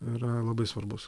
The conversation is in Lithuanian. yra labai svarbus